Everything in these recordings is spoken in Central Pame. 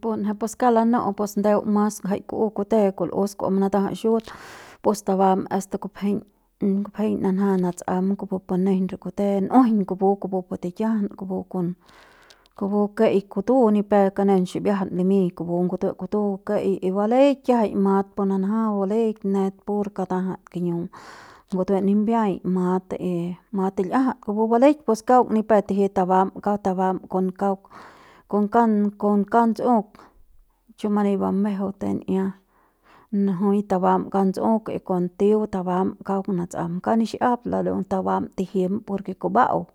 Punje pus kauk lanu'u pus ndeu mas ngjai ku'u kute kul'us kua manatajat xut pus tabam hasta kupjeiñ kupjeiñ nanja natsam kupu pu nejei re kute njuiñ kupu pu tikiajan kupu kon kupu ke'ei kutu ni pep kanen ximbiajats limiñ kupu ngutue kutu ke'ei y baleik kiajai mat pu nanja baleik net pur katajat kiñu ngutue nimbiaiñ mat y mat til'iajat kupu baleik pus kauk ni pep tiji tabam kaung tabam kon kauk kon kauk kon kauk tsu'uk chumani ba mejeu kute'ia njui tabama kauk tsu'uk y kon tío tabam kauk natsam kauk nix'ap ndarua tabam tijim por ke kumba'au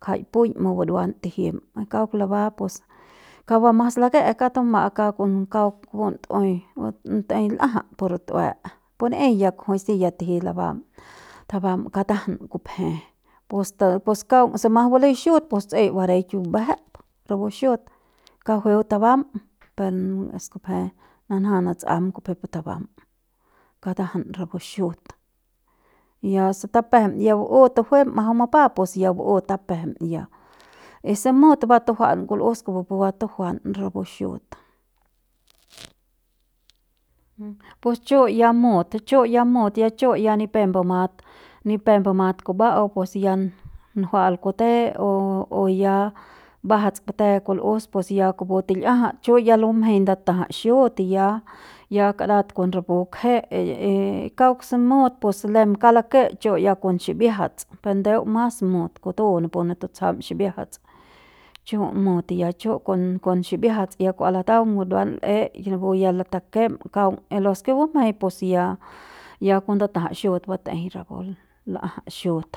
ngjai pu'uiñ maburuam tijim kauk labam pues kauk ba mas lake'e kauk tuma'a kauk kauk pun tu'uei batei l'ajat pu rut'ue kupu ni'iñ kujui si ya tiji labam yabam katajam kupje pues pues kauk se mas balei xut pues tseik bareik bumbejep rapu xut kauk jueu tabam pen hasta kupje nanja nats'am kupjepe tabam katajam rapu xut y ya se tapejem ya bau tujuem majau mapa pus ya bau tapejem ya y si mut ba tujua'am kul'us kupu pu batujua'an rapu xut pus chu' ya mut chu' ya mut ya chu ya ni pep mbumat ni pep mbumat kumba'au pues ya nunjua'al kute o o ya mbajats kute kul'us pus ya kupu til'iajat chu' ya bumjeiñ ndatajat xut ya ya karat kon rapu kje y y y kauk se mut pus lem kauk lake chu' ya kon ximbiajats per ndeu mas mut kutap kutu napu ne tutsjam ximbiajats chu' mut ya ya chu' kon kon kon ximbiajats ya kua lataung buruan l'eik napu ya takem kaung y los bumjeiñ pus ya ya kon ndatajat xut batei rajuik l'ajat xut.